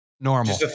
Normal